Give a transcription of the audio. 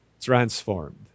Transformed